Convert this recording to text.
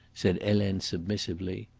said helene submissively.